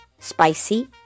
Spicy